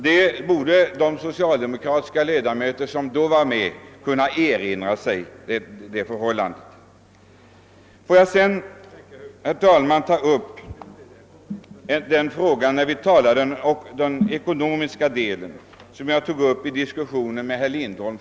Detta borde de so «cialdemokratiska ledamöter som då var med kunna erinra sig. Jag har inte fått något svar på min fråga till herr Lindholm om den ekonomiska delen.